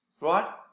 Right